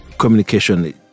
Communication